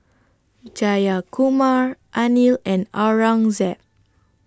Jayakumar Anil and Aurangzeb